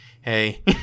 hey